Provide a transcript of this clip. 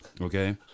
Okay